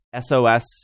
SOS